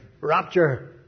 Rapture